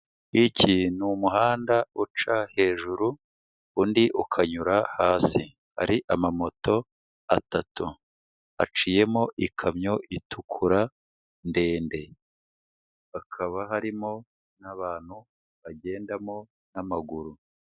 Iki n'umuhanda uca hejuru undi ukanyura hasi, hari amamoto atatu, aciyemo ikamyo itukura ndende, hakaba harimo n'abantu bagendamo n'amaguru.